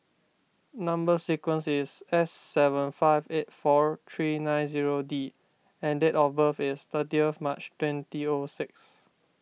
Number Sequence is S seven five eight four three nine zero D and date of birth is thirty March twenty O six